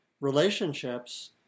relationships